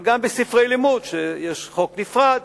אבל גם בספרי לימוד, ויש חוק נפרד